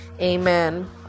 amen